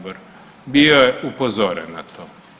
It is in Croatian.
Bio je upozoren na to.